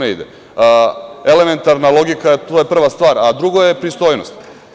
Elementarna logika, to je prva stvar, a drugo je pristojnost.